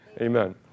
Amen